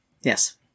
yes